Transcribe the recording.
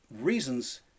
reasons